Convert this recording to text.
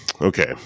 Okay